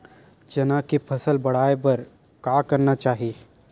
चना के फसल बढ़ाय बर का करना चाही?